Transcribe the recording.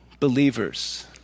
Believers